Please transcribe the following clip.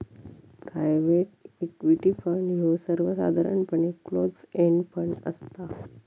private equity fund ह्यो सर्वसाधारणपणे close end fund असता